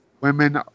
women